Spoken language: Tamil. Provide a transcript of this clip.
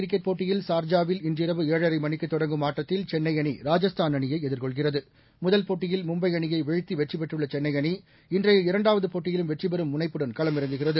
கிரிக்கெட் போட்டியில் ஷார்ஜாவில் இன்றிரவு ஏழரை மணிக்கு தொடங்கும் ஆட்டத்தில் சென்னை அணி ராஜஸ்தான் அணி எதிர்கொள்கிறது முதல் போட்டியில் மும்பை அணியை வீழ்த்தி வெற்றிபெற்றுள்ள சென்னை அணி இன்றைய இரண்டாவது போட்டியிலும் வெற்றிபெறும் முனைப்புடன் களமிறங்குகிறது